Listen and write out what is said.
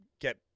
get